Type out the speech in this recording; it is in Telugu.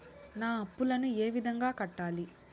నా అప్పులను ఏ విధంగా కట్టాలి?